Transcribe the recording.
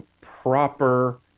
proper